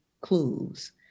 clues